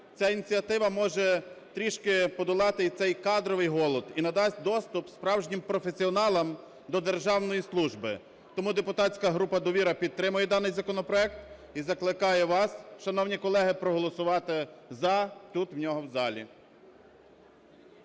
Ця ініціатива може трішки подолати і цей кадровий голод, і надасть доступ справжнім професіоналам до державної служби. Тому депутатська група "Довіра" підтримує даний законопроект і закликає вас, шановні колеги, проголосувати за нього тут в залі.